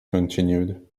continued